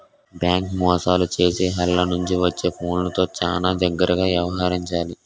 bank మోసాలు చేసే ఆల్ల నుంచి వచ్చే ఫోన్లతో చానా జాగర్తగా యవహరించాలి